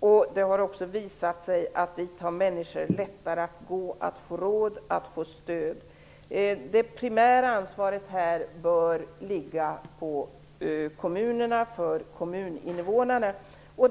och det har också visat sig att människor har lättare att gå dit för att få råd och stöd. Det primära ansvaret för kommuninvånarna bör ligga på kommunerna.